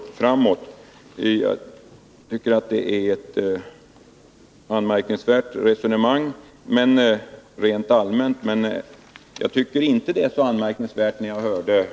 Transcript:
Rent allmänt tycker jag att ett sådant ställningstagande är anmärkningsvärt, men i det här fallet kanske det inte är det.